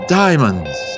diamonds